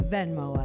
Venmo